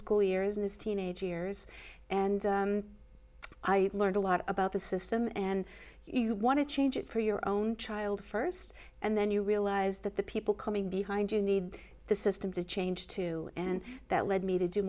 school years in his teenage years and i learned a lot about the system and you want to change it for your own child first and then you realize that the people coming behind you need the system to change too and that led me to do